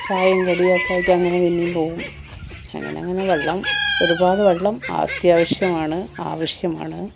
ചായേം കടിയാക്കിയിട്ട് അങ്ങനെ പിന്നേയും പോവും അങ്ങനെ അങ്ങനെ അങ്ങനെ വെള്ളം ഒരുപാട് വെള്ളം അത്യാവശ്യമാണ് ആവശ്യമാണ്